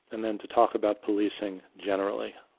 and then to talk about policing generally.